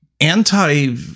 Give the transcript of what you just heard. anti